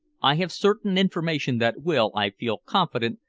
i have certain information that will, i feel confident,